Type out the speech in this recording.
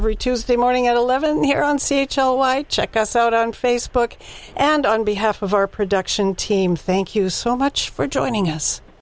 every tuesday morning at eleven here on sci check us out on facebook and on behalf of our production team thank you so much for joining us